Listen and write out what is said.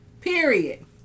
Period